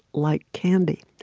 like candy.